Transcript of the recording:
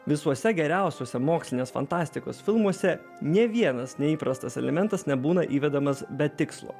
visuose geriausiuose mokslinės fantastikos filmuose nė vienas neįprastas elementas nebūna įvedamas be tikslo